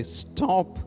stop